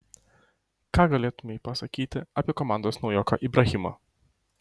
ką galėtumei pasakyti apie komandos naujoką ibrahimą